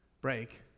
break